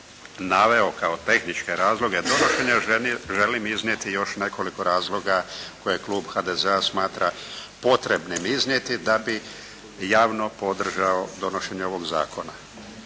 naveo kao tehničke razloge donošenja želim iznijeti još nekoliko razloga koje Klub HDZ-a smatra potrebnim iznijeti da bi javno podržao donošenje ovog zakona.